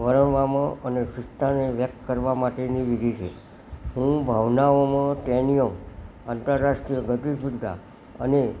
વર્ણનવામાં અને સીસ્તા ને વ્યક્ત કરવા માટેની વિધિ છે હું ભાવનાઓમાં ટેનીઓ આંતરરાષ્ટ્રીય ગતિશીલતા અને